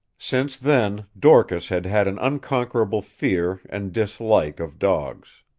since then dorcas had had an unconquerable fear and dislike of dogs.